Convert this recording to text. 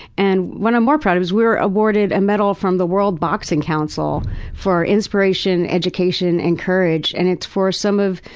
and what i'm more proud of is, we were awarded a medal from the world boxing council for inspiration, education, and courage. and it's for some of,